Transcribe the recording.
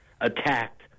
attacked